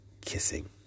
kissing